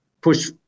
push